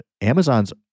Amazon's